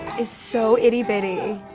is so itty bitty.